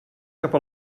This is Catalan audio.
cap